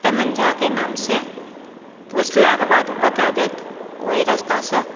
रमण झाके नामसँ पुछलाक बाद बता दैत ओहि रास्तासँ